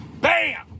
Bam